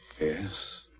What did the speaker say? Yes